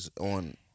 on